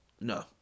no